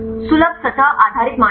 सुलभ सतह आधारित मानदंड